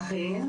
אכן.